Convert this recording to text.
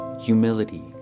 humility